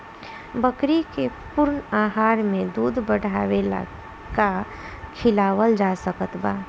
बकरी के पूर्ण आहार में दूध बढ़ावेला का खिआवल जा सकत बा?